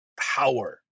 power